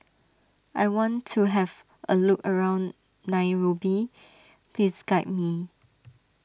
I want to have a look around Nairobi please guide me